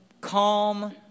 calm